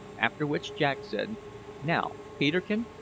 after which jack said now, peterkin,